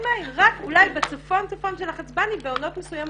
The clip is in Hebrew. רק אולי בצפון צפון של החצבאני בעונות מסוימות.